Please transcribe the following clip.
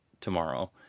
tomorrow